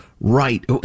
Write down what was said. Right